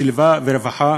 שלווה ורווחה,